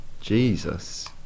Jesus